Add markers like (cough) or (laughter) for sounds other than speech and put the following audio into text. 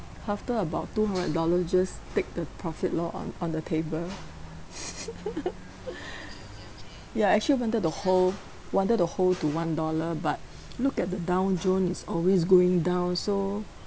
after about two hundred dollar just take the profit lor on on the table (laughs) ya actually wanted to hold wanted to hold to one dollar but look at the Dow Jones is always going down so